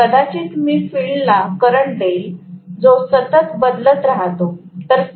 तर कदाचित मी फिल्डला करंट देईल जो सतत बदलत राहतो